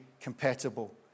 compatible